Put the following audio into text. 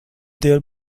their